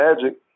Magic